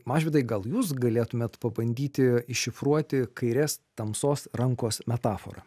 mažvydai gal jūs galėtumėt pabandyti iššifruoti kairės tamsos rankos metaforą